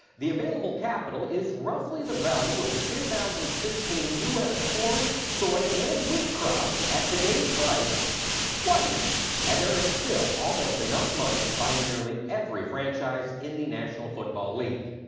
the available capital is roughly the value of the two thousand and sixteen u s corn, soy and wheat crops at today's price twice and there's still almost enough money to buy nearly every franchise in the national football league.